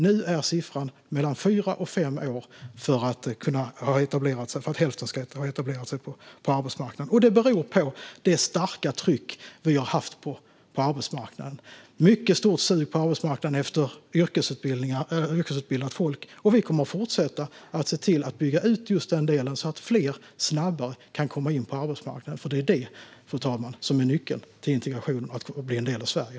Nu tar det fyra till fem år innan hälften har etablerat sig på arbetsmarknaden. Detta beror på det starka trycket på arbetsmarknaden. Det finns ett stort sug efter yrkesutbildat folk. Vi kommer att fortsätta att bygga ut denna del så att fler kommer snabbare in på arbetsmarknaden. Det är nämligen nyckeln till integration och att bli en del av Sverige.